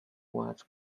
watch